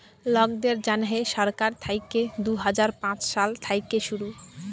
লকদের জ্যনহে সরকার থ্যাইকে দু হাজার পাঁচ সাল থ্যাইকে শুরু